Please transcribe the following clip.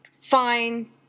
fine